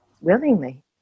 Willingly